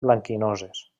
blanquinoses